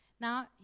Now